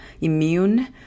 immune